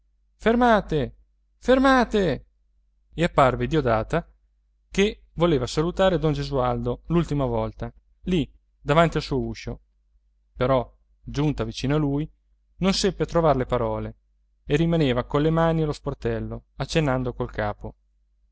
fermate fermate e apparve diodata ché voleva salutare don gesualdo l'ultima volta lì davanti il suo uscio però giunta vicino a lui non seppe trovare le parole e rimaneva colle mani allo sportello accennando col capo